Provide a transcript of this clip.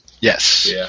Yes